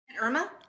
Irma